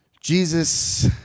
Jesus